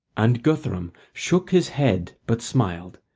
and guthrum shook his head but smiled,